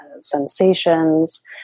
sensations